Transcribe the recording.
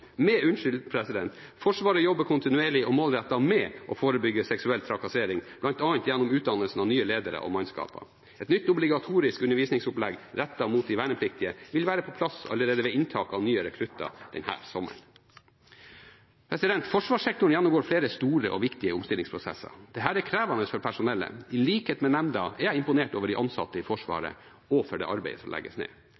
gjennom utdannelsen av nye ledere og mannskap. Et nytt obligatorisk undervisningsopplegg rettet mot de vernepliktige vil være på plass allerede ved inntaket av nye rekrutter denne sommeren. Forsvarssektoren gjennomgår flere store og viktige omstillingsprosesser. Dette er krevende for personellet. I likhet med nemnda er jeg imponert over de ansatte i